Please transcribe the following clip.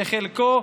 שחלקו,